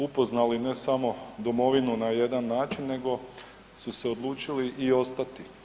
Upoznali ne samo Domovinu na jedan način nego su se odlučili i ostati.